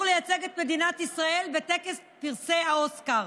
לייצג את מדינת ישראל בטקס פרסי האוסקר.